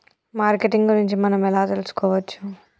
Marketing గురించి మనం ఎలా తెలుసుకోవచ్చు?